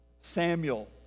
Samuel